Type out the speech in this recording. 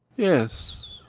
yes.